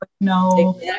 No